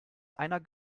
einer